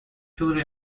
tuna